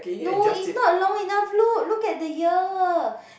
no it's not long enough look look at the ear